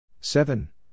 Seven